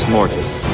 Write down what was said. Mortis